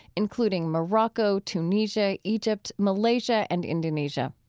including morocco, tunisia, egypt, malaysia and indonesia.